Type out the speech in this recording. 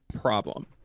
problem